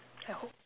I hope